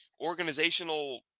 organizational